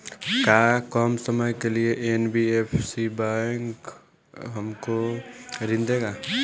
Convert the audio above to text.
का कम समय के लिए एन.बी.एफ.सी हमको ऋण देगा?